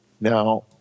Now